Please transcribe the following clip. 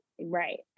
right